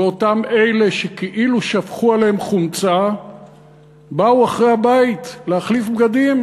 ואותם אלה שכאילו שפכו עליהם חומצה באו אחרי הבית להחליף בגדים,